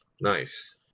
Nice